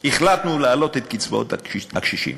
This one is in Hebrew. החלטנו להעלות את קצבאות הקשישים,